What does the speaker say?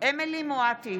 אמילי חיה מואטי,